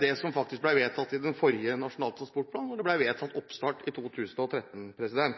det som faktisk ble vedtatt i forrige Nasjonal transportplan, hvor det ble vedtatt oppstart i 2013.